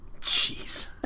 Jeez